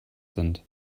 sind